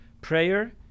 Prayer